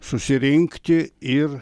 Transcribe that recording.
susirinkti ir